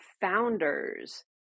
founders